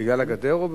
בגלל הגדר?